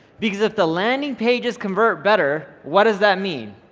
because if the landing pages convert better, what does that mean?